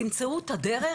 תמצאו את הדרך,